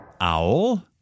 Owl